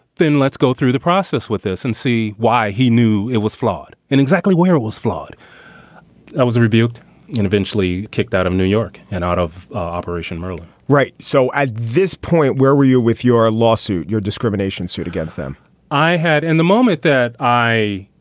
then let's go through the process with this and see why he knew it was flawed and exactly where it was flawed that was rebuked and eventually kicked out of new york and out of operation merlin right. so at this point, where were you with your lawsuit? your discrimination suit against them i had. and the moment that i.